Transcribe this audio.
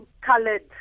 colored